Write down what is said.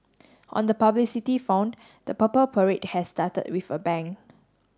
on the publicity font the Purple Parade has started with a bang